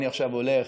אני עכשיו הולך